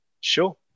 Sure